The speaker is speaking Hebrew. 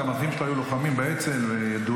גם האחים שלו היו לוחמים באצ"ל וידועים.